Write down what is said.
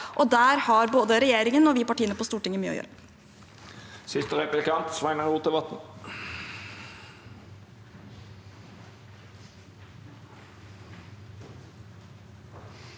Der har både regjeringen og vi partiene på Stortinget mye å gjøre.